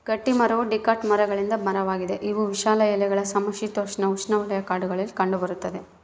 ಗಟ್ಟಿಮರವು ಡಿಕಾಟ್ ಮರಗಳಿಂದ ಮರವಾಗಿದೆ ಇವು ವಿಶಾಲ ಎಲೆಗಳ ಸಮಶೀತೋಷ್ಣಉಷ್ಣವಲಯ ಕಾಡುಗಳಲ್ಲಿ ಕಂಡುಬರ್ತದ